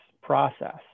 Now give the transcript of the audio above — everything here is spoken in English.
process